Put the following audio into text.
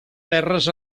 terres